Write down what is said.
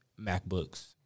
MacBooks